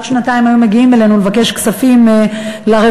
עוד שנתיים היו מגיעים אלינו לבקש כספים לרווחה.